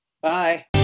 Bye